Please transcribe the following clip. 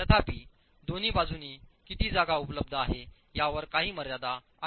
तथापि दोन्ही बाजूंनी किती जागा उपलब्ध आहे यावर काही मर्यादा आहेत